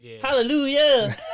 Hallelujah